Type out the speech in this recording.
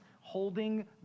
holding